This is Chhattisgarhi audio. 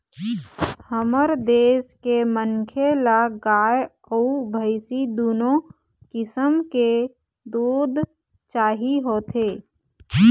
हमर देश के मनखे ल गाय अउ भइसी दुनो किसम के दूद चाही होथे